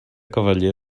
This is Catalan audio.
cavaller